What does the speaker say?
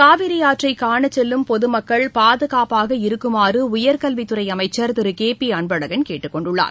காவிரி ஆற்றை காண செல்லும் பொதுமக்கள் பாதுகாப்பாக இருக்குமாறு உயர்கல்வித்துறை அமைச்சர் திரு கே பி அன்பழகன் கேட்டுக்கொண்டுள்ளார்